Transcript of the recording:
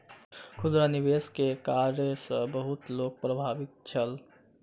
खुदरा निवेश के कार्य सॅ बहुत लोक प्रभावित छल